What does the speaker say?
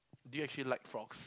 do you actually like frogs